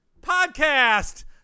podcast